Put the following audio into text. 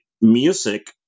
music